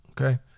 okay